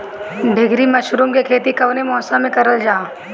ढीघरी मशरूम के खेती कवने मौसम में करल जा?